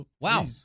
Wow